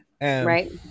Right